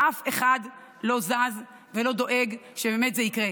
ואף אחד לא זז ולא דואג שבאמת זה יקרה.